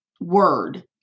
word